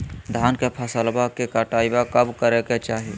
धान के फसलवा के कटाईया कब करे के चाही?